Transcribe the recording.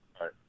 right